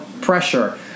pressure